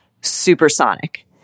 supersonic